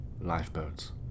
lifeboats